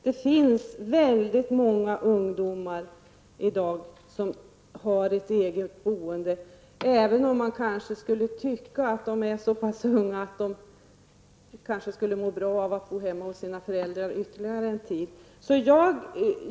Det finns väldigt många ungdomar i dag som har ett eget boende -- även om man kanske skulle tycka att de är så pass unga att de skulle må bra av att bo hemma sina föräldrar ytterligare någon tid.